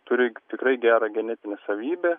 turi tikrai gerą genetinę savybę